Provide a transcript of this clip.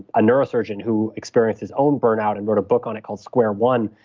a neurosurgeon who experienced his own burnout and wrote a book on it called square one,